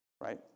right